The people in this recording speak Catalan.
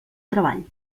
treball